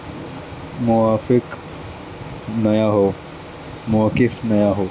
موافق نیا ہو موقف نیا ہو